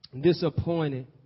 disappointed